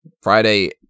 Friday